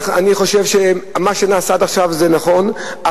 אני חושב שמה שנעשה עד עכשיו זה נכון,